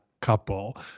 couple